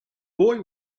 boy